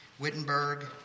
Wittenberg